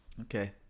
Okay